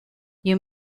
you